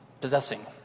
possessing